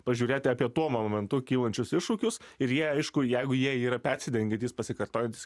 pažiūrėti apie tuo momentu kylančius iššūkius ir jie aišku jeigu jie yra persidengiantys pasikartojantys